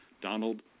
Donald